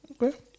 Okay